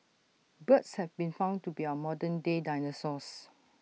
birds have been found to be our modern day dinosaurs